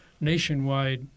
nationwide